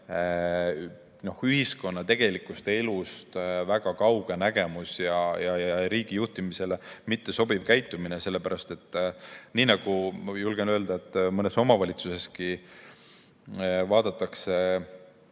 ühiskonna tegelikust elust väga kauge nägemus ja riigi juhtimisel mittesobiv käitumine. Ma julgen öelda, et mõnes omavalitsuseski vaadatakse